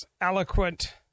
eloquent